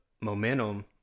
momentum